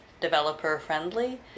developer-friendly